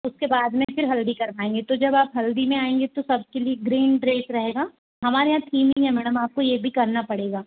उसके बाद में फिर हल्दी करवाएंगे तो जब आप हल्दी में आएंगे तो सबके लिए ग्रीन ड्रेस रहेगा हमारे यहाँ थीम ही है मैडम आपको ये भी करना पड़ेगा